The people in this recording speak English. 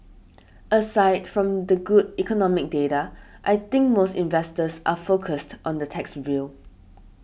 aside from the good economic data I think most investors are focused on the tax bill